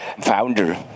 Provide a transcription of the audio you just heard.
founder